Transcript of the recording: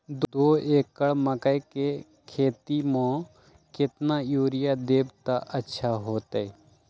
दो एकड़ मकई के खेती म केतना यूरिया देब त अच्छा होतई?